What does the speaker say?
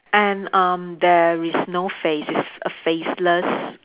and um there is no face it's a faceless